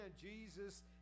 Jesus